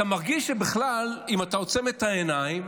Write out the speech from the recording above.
אתה מרגיש שבכלל, אם אתה עוצם את העיניים